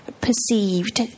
perceived